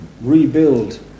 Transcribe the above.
rebuild